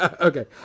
Okay